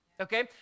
Okay